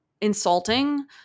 insulting